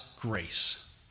grace